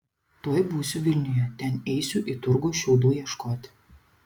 tuoj būsiu vilniuje ten eisiu į turgų šiaudų ieškoti